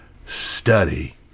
Study